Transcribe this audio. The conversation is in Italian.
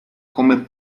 come